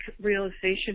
realization